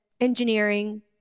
engineering